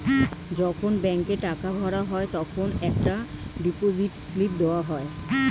যখন ব্যাংকে টাকা ভরা হয় তখন একটা ডিপোজিট স্লিপ দেওয়া যায়